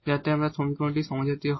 যাতে এই সমীকরণটি হোমোজিনিয়াস হয়